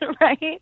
Right